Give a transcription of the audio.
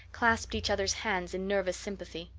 clasped each other's hands in nervous sympathy.